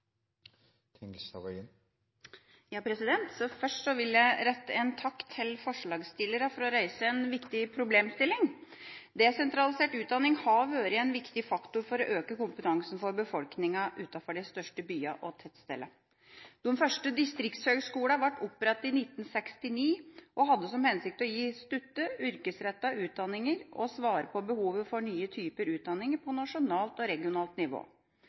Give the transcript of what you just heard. Først vil jeg rette en takk til forslagsstillerne for å reise en viktig problemstilling. Desentralisert utdanning har vært en viktig faktor for å øke kompetansen til befolkningen utenfor de største byene og tettstedene. De første distriktshøyskolene ble opprettet i 1969 og hadde som hensikt å gi korte, yrkesrettede utdanninger og svare på behovet for nye typer utdanninger på nasjonalt og regionalt nivå.